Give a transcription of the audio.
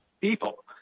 people